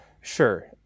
Sure